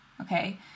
Okay